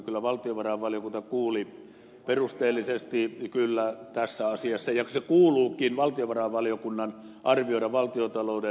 kyllä valtiovarainvaliokunta kuuli perusteellisesti tässä asiassa ja valtiovarainvaliokunnan kuuluukin arvioida valtiontalouden näkökulma